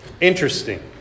interesting